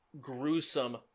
gruesome